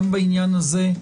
גם בעניין הזה,